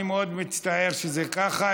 אני מאוד מצטער שזה ככה.